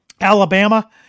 Alabama